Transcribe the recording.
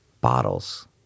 Bottles